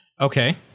Okay